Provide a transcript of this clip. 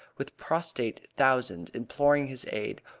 with prostrate thousands imploring his aid,